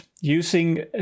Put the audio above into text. using